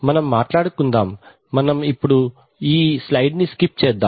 మనం మాట్లాడుకుందాం మనం ఇప్పుడు ఈ స్లయిడ్ ని స్కిప్ చేద్దాం